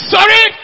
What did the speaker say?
Sorry